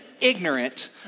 ignorant